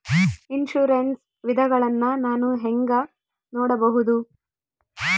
Insurance ವಿಧಗಳನ್ನ ನಾನು ಹೆಂಗ ನೋಡಬಹುದು?